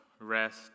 rest